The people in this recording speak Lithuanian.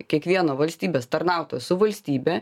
kiekvieno valstybės tarnautojo su valstybe